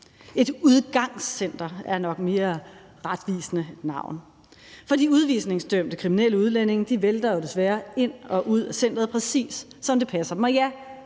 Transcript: Et udgangscenter er nok et mere retvisende navn, for de udvisningsdømte kriminelle udlændinge vælter desværre ind og ud af centeret, præcis som det passer dem.